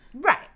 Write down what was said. Right